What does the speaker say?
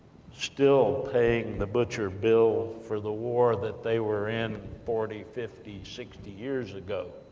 still paying the butcher bill for the war that they were in forty, fifty, sixty years ago.